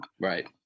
right